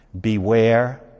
Beware